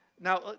now